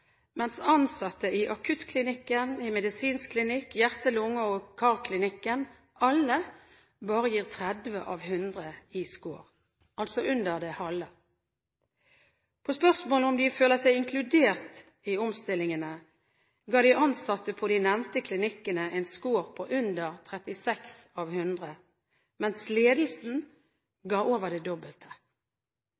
mens ansatte ved Akuttklinikken, Medisinsk klinikk, Hjerte-, lunge- og karklinikken kun gir 30 av 100 i score, altså under det halve. På spørsmålet om de føler seg inkludert i omstillingene, ga de ansatte på de nevnte klinikkene en score på under 36 av 100, mens ledelsen